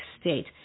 State